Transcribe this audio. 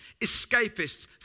escapists